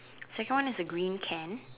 second one is a green can